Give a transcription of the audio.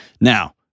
Now